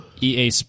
EA